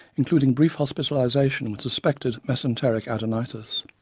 including brief hospitalization with suspected mesenteric adenitis.